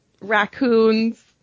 raccoons